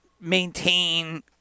maintain